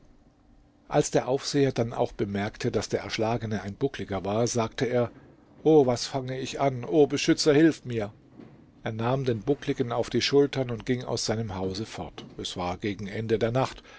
als der aufseher dann auch bemerkte daß der erschlagene ein buckliger war sagte er o was fange ich an o beschützer hilf mir er nahm dann den buckligen auf die schultern und ging aus seinem hause fort es war gegen ende der nacht